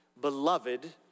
Beloved